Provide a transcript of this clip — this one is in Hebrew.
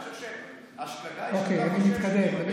אני חושב שהשגגה היא שאתה חושב שביוני,